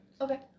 Okay